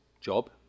job